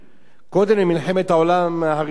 קודם למלחמת העולם הראשונה,